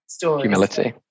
humility